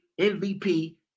MVP